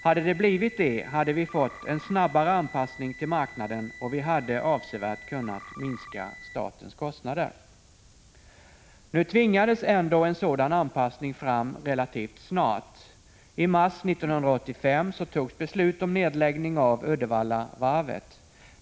Hade det blivit det, hade vi fått en snabbare anpassning till marknaden, och statens kostnader hade kunnat minskas avsevärt. Nu tvingades ändå en sådan anpassning fram relativt snart. I mars 1985 fattades beslut om nedläggning av Uddevallavarvet.